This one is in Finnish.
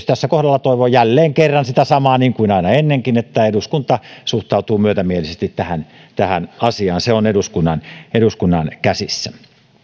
tässä kohtaa toivon jälleen kerran sitä samaa niin kuin aina ennenkin että eduskunta suhtautuu myötämielisesti tähän tähän asiaan se on eduskunnan eduskunnan käsissä